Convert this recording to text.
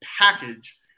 package